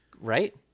right